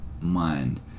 mind